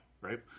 right